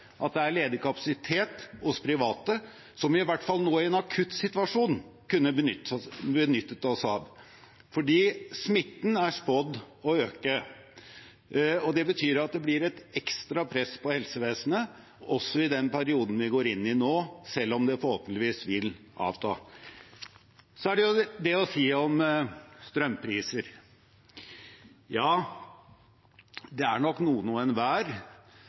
at det er ledig kapasitet hos private, som vi i hvert fall nå i en akuttsituasjon kunne ha benyttet oss av, fordi smitten er spådd å øke. Det betyr at det blir et ekstra press på helsevesenet også i den perioden vi går inn i nå, selv om det forhåpentligvis vil avta. Så er det å si om strømpriser at ja, det er nok